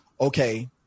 Okay